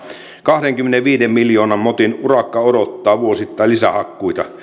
kahdenkymmenenviiden miljoonan motin urakka odottaa vuosittain lisähakkuita